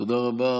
תודה רבה.